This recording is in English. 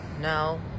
No